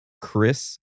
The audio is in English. Chris